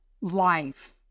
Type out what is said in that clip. life